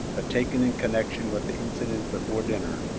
but taken in connection with the incident before dinner,